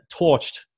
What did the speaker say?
torched